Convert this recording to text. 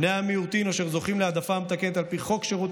בני המיעוטים אשר זוכים להעדפה מתקנת על פי חוק שירות